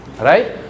Right